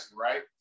right